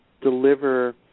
deliver